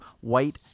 white